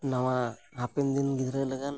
ᱱᱟᱣᱟ ᱦᱟᱯᱮᱱ ᱫᱤᱱ ᱜᱤᱫᱽᱨᱟᱹ ᱞᱟᱜᱟᱫ